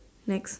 next